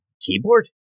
keyboard